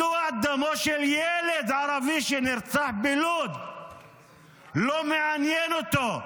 מדוע דמו של ילד ערבי שנרצח בלוד לא מעניין אותו?